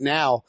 now